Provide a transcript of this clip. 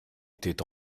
étaient